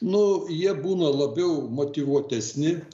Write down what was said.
nu jie būna labiau motyvuotesni